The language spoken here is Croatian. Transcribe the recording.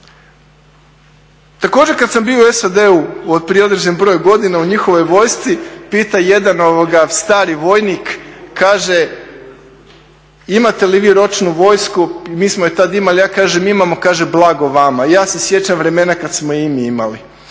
Također kad sam bio u SAD-u prije određen broj godina u njihovoj vojsci, pita jedan stari vojnik, kaže, imate li vi ročnu vojsku, mi smo je tada imali, ja kažem imamo, kaže blago vama, ja se sjećam vremena kad smo je i mi imali.